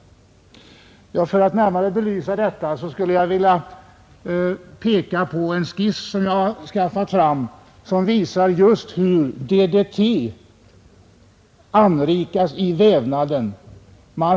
För att närmare belysa detta visar jag på TV-skärmen en skiss som anger hur DDT anrikas i vävnaderna.